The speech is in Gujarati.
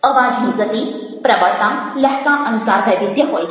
અવાજની ગતિ પ્રબળતા લહેકા અનુસાર વૈવિધ્ય હોય છે